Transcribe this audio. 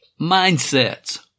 mindsets